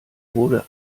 wurde